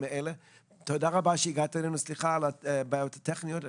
תודה רבה שהגעת אלינו, סליחה על הבעיות הטכניות.